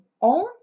own